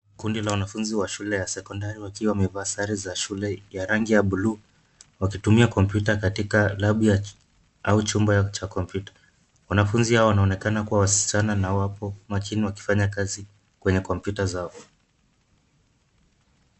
Kundi la wanafunzi wa sekondari wakiwa wamevaa sare za shule za rangi ya bluu wakitumia kompyuta katika labu ya ki au chumba cha kompyuta. Wanafunzi hao wanaonekana kuwa wasichana na wapo makini wakifanya kazi kwenye kompyuta zao.